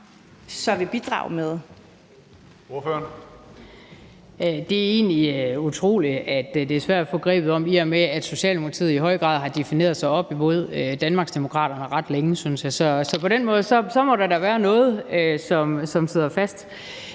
Det er egentlig utroligt, at det er svært at få greb om, i og med at Socialdemokratiet i høj grad har defineret sig op imod Danmarksdemokraterne ret længe, synes jeg. Så på den måde må der da være noget, som sidder fast.